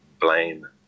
blame